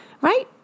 right